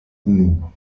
unu